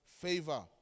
favor